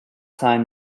time